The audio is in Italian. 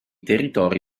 territori